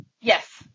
Yes